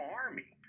army